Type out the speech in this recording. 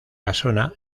casona